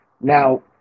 now